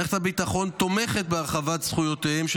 מערכת הביטחון תומכת בהרחבת זכויותיהם של